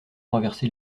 renverser